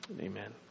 Amen